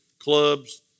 clubs